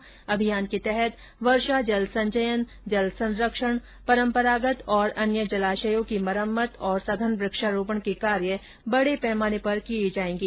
इस अभियान के तहत वर्षा जल संचयन जल संरक्षण परम्परागत और अन्य जलाशयों का जीर्णोद्वार और सघन वृक्षारोपण के कार्य बड़े पैमाने पर किए जाएंगे